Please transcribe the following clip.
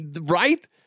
Right